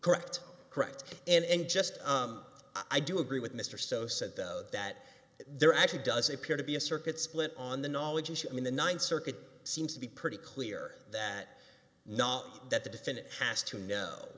correct correct and just i do agree with mr so said that there actually does appear to be a circuit split on the knowledge i mean the ninth circuit seems to be pretty clear that not that the defendant has to know